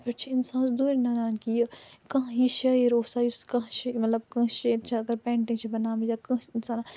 تتھ پٮ۪ٹھ چھُ اِنسانس دوٗرِ نَنان کہِ یہِ کانٛہہ یہِ شٲعر اوسا یُس کانٛہہ شٲ مَطلَب کٲنٛسہِ شٲعرن چھِ اگر پینٹِنٛگ چھِ بَنٲومٕژ یا کٲنٛسہِ اِنسانن